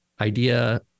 idea